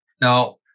Now